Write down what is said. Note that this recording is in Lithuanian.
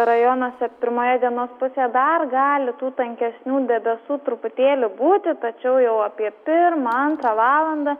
rajonuose pirmoje dienos pusėje dar gali tų tankesnių debesų truputėlį būti tačiau jau apie pirmą antrą valandą